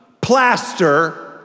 plaster